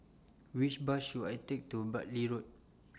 Which Bus should I Take to Bartley Road